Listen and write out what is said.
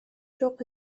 жок